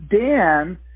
Dan